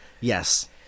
Yes